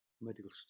Medical